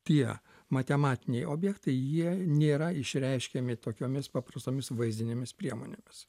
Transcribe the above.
tie matematiniai objektai jie nėra išreiškiami tokiomis paprastomis vaizdinėmis priemonėmis